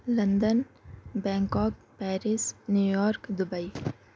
London Bangkok Paris New York Dubai